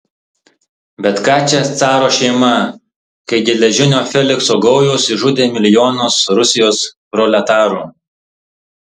bet ką čia caro šeima kai geležinio felikso gaujos išžudė milijonus rusijos proletarų